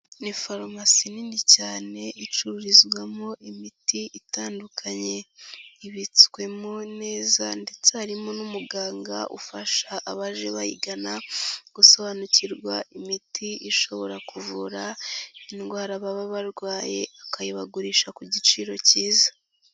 Ni farumasi nini cyane icururizwamo imiti itandukanye, ibitswemo neza ndetse harimo n'umuganga ufasha abaje bayigana gusobanukirwa imiti ishobora kuvura indwara baba barwaye akayibagurisha ku giciro kiza.